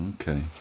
Okay